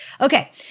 Okay